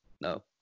No